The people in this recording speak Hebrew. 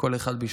כל אחד בשמו.